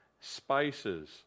spices